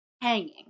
hanging